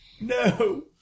No